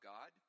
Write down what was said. God